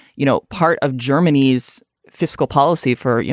you know, part of germany's fiscal policy for, you